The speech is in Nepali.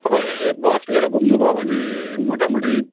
तपाईँ बस लिएर घुम्नु भयो भने मोटामोटी